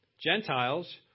Gentiles